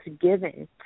giving